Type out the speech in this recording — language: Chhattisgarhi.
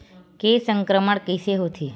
के संक्रमण कइसे होथे?